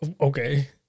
Okay